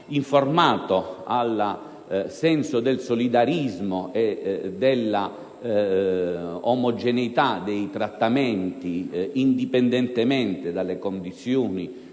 fondamentale principio del solidarismo e della omogeneità dei trattamenti, indipendentemente dalle condizioni